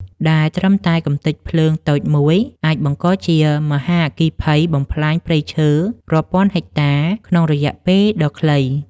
ដែលត្រឹមតែកម្ទេចភ្លើងតូចមួយអាចបង្កជាមហាអគ្គីភ័យបំផ្លាញព្រៃឈើរាប់ពាន់ហិកតាក្នុងរយៈពេលដ៏ខ្លី។